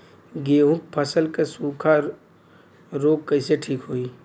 गेहूँक फसल क सूखा ऱोग कईसे ठीक होई?